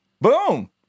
Boom